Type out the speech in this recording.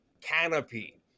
canopy